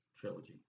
trilogy